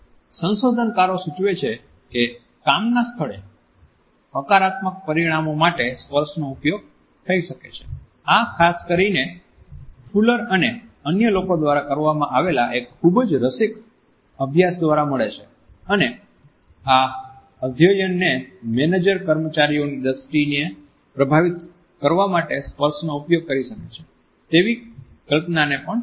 સંશોધનકારો સૂચવે છે કે કામના સ્થળે હકારાત્મક પરિણામો માટે સ્પર્શનો ઉપયોગ થઈ શકે છે આ ખાસ કરીને ફુલર અને અન્ય લોકો દ્વારા કરવામાં આવેલા એક ખૂબ જ રસિક અભ્યાસ દ્વારા મળે છે અને આ અધ્યયનને મેનેજર કર્મચારીઓની દ્રષ્ટિને પ્રભાવિત કરવા માટે સ્પર્શ નો ઉપયોગ કરી શકે છે તેવી કલ્પનાને સમર્થન આપ્યું છે